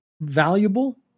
valuable